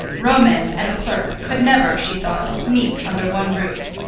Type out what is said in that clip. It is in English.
romance and the clerk could never, she thought, meet under one roof.